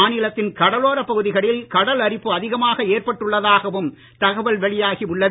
மாநிலத்தின் கடலோரப் பகுதிகளில் கடல் அரிப்பு அதிகமாக ஏற்பட்டுள்ளதாகவும் தகவல் வெளியாகி உள்ளது